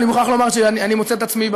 אני מוכרח לומר שאני מוצא את עצמי,